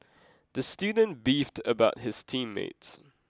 the student beefed about his team mates